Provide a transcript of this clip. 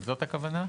זאת הכוונה?